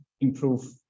improve